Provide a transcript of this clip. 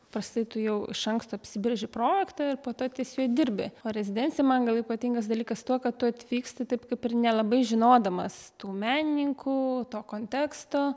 paprastai tu jau iš anksto apsibrėži projektą ir po to ties juo dirbi o rezidencija man gal ypatingas dalykas tuo kad tu atvyksti taip kaip ir nelabai žinodamas tų menininkų to konteksto